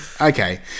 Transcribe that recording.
Okay